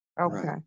Okay